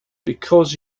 because